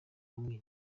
umwiryane